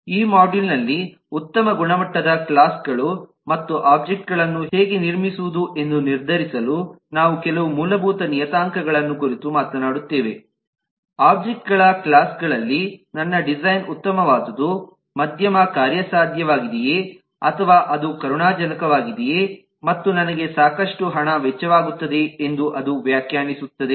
ಈ ಮಾಡ್ಯೂಲ್ ನಲ್ಲಿ ಉತ್ತಮ ಗುಣಮಟ್ಟದ ಕ್ಲಾಸ್ ಗಳು ಮತ್ತು ಒಬ್ಜೆಕ್ಟ್ಗಳನ್ನು ಹೇಗೆ ನಿರ್ಮಿಸುವುದು ಎಂದು ನಿರ್ಧರಿಸಲು ನಾವು ಕೆಲವು ಮೂಲಭೂತ ನಿಯತಾಂಕಗಳನ್ನು ಕುರಿತು ಮಾತನಾಡುತ್ತೇವೆ ಒಬ್ಜೆಕ್ಟ್ಗಳ ಕ್ಲಾಸ್ ಗಳಲ್ಲಿ ನನ್ನ ಡಿಸೈನ್ ಉತ್ತಮವಾದುದು ಮಧ್ಯಮ ಕಾರ್ಯಸಾಧ್ಯವಾಗಿದೆಯೆ ಅಥವಾ ಅದು ಕರುಣಾಜನಕವಾಗಿದೆ ಮತ್ತು ನನಗೆ ಸಾಕಷ್ಟು ಹಣ ವೆಚ್ಚವಾಗುತ್ತದೆಯೇ ಎಂದು ಅದು ವ್ಯಾಖ್ಯಾನಿಸುತ್ತದೆ